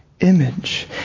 image